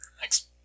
Thanks